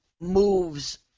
moves